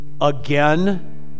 Again